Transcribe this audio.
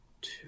two